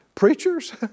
Preachers